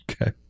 Okay